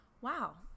wow